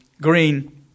green